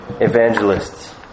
evangelists